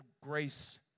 grace